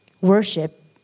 Worship